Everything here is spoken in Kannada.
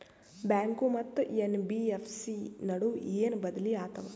ಬ್ಯಾಂಕು ಮತ್ತ ಎನ್.ಬಿ.ಎಫ್.ಸಿ ನಡುವ ಏನ ಬದಲಿ ಆತವ?